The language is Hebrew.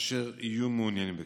אשר יהיו מעוניינים בכך.